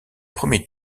premier